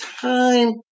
time